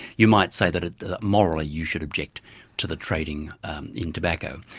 you might say that morally you should object to the trading in tobacco.